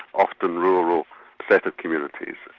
often rural set of communities,